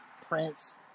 Prince